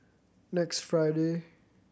next Friday